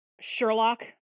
Sherlock